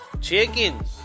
chickens